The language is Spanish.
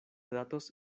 datos